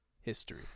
history